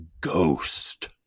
Ghost